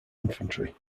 infantry